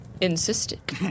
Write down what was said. Insisted